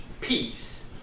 peace